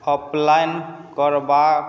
apply करबाक